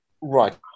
Right